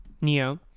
Neo